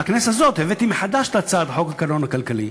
בכנסת הזאת הבאתי מחדש את הצעת חוק הקלון הכלכלי,